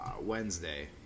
Wednesday